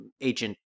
Agent